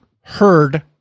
heard